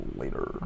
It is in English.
later